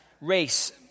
race